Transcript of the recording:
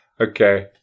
Okay